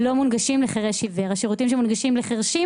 לא מונגשים לחירש עיוור; השירותים שמונגשים לחירש,